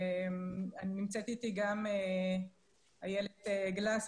נמצאת איתי גם אילת גלס,